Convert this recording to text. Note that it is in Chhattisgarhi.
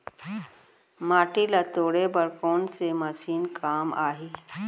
माटी ल तोड़े बर कोन से मशीन काम आही?